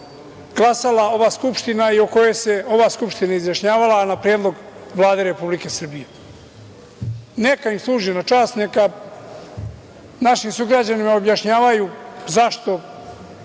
izglasala ova Skupština, o kojoj se ova Skupština izjašnjavala, a na predlog Vlade Republike Srbije? Neka im služi na čast, neka naši sugrađanima objašnjavaju zašto